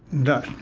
no.